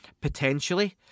potentially